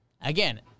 Again